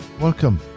Welcome